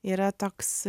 yra toks